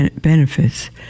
benefits